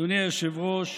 אדוני היושב-ראש,